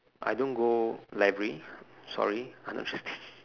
I don't go library sorry I'm not interesting